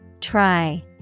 Try